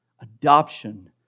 Adoption